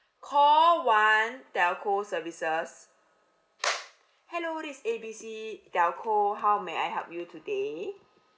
call one telco services hello this A B C telco how may I help you today